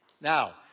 Now